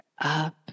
Up